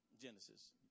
Genesis